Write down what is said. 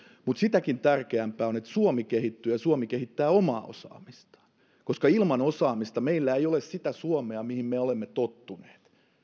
mutta sitäkin tärkeämpää on että suomi kehittyy ja suomi kehittää omaa osaamistaan koska ilman osaamista meillä ei ole sitä suomea mihin me olemme tottuneet